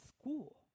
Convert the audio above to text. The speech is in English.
school